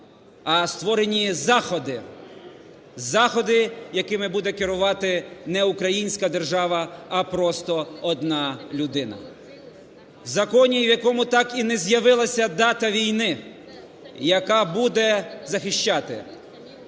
А створені заходи: заходи, якими буде керувати не українська держава, а просто одна людина. В законі, в якому так і не з'явилася дата війни, яка буде захищати